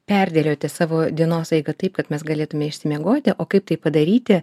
perdėlioti savo dienos eigą taip kad mes galėtume išsimiegoti o kaip tai padaryti